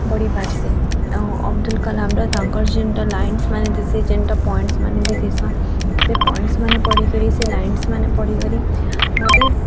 ବଢ଼ି ପାର୍ସିଁ ଅବଦୁଲ୍ କଲାମ୍ର ତାଙ୍କର୍ ଜେନ୍ଟା ଲାଇନସ୍ମାନେ ଥିସି ଜେନ୍ଟା ପଏଣ୍ଟସ୍ମାନେ ବି ଥିସନ୍ ସେ ପଏଣ୍ଟସ୍ମାନେ ପଢ଼ିକରି ସେ ଲାଇନସ୍ମାନେ ପଢ଼ିକରି ମୋତେ